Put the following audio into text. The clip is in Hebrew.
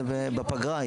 זה בפגרה,